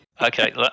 Okay